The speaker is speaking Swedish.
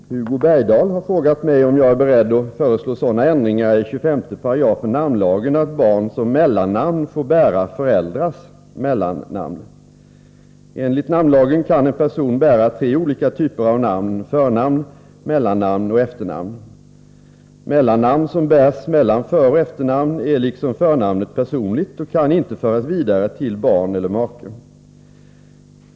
Herr talman! Hugo Bergdahl har frågat mig om jag är beredd att föreslå sådana ändringar i 25 § namnlagen att barn som mellannamn får bära föräldrars mellannamn. Enligt namnlagen kan en person bära tre olika typer av namn: förnamn, mellannamn och efternamn. Mellannamn, som bärs mellan föroch efternamn, är liksom förnamnet personligt och kan inte föras vidare till barn eller make.